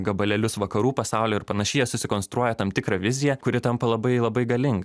gabalėlius vakarų pasaulio ir panašiai jie susikonstruoja tam tikrą viziją kuri tampa labai labai galinga